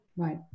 Right